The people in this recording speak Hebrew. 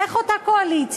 איך אותה קואליציה,